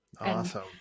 Awesome